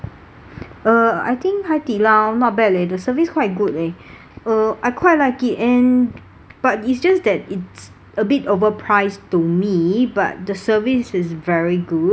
uh I think 海底捞 not bad leh the service quite good leh uh I quite like it and but is just that it's a bit overpriced to me but the service is very good